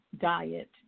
diet